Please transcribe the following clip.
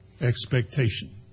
expectation